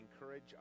encourage